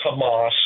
Hamas